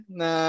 na